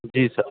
जी sir